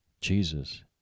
Jesus